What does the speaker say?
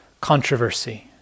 controversy